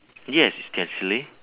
yes it's still silly